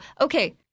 okay